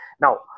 Now